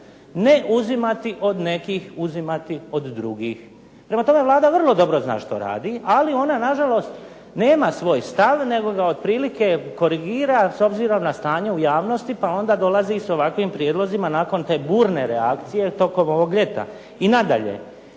Ne uzimati od nekih, uzimati od drugih. Prema tome, Vlada vrlo dobro zna što radi, ali ona nažalost nema svoj stav, nego ga otprilike korigira s obzirom na stanje u javnosti pa onda dolazi s ovakvim prijedlozima nakon te burne reakcije tokom ovog ljeta. I nadalje,